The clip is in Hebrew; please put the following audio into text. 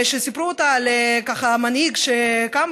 סיפרו אותה על מנהיג שקם